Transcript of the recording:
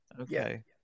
Okay